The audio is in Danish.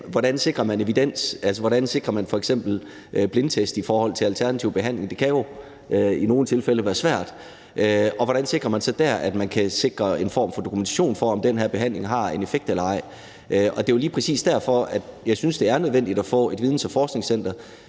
hvordan man sikrer evidens. Hvordan sikrer man f.eks. blindtest i forhold til alternativ behandling? Det kan jo i nogle tilfælde være svært. Og hvordan sikrer man så dér en form for dokumentation for, om en behandling har en effekt eller ej? Det er jo lige præcis derfor, jeg synes, det er nødvendigt at få et videns- og forskningscenter.